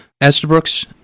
Estabrooks